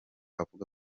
avuga